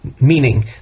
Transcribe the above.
Meaning